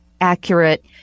accurate